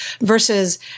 versus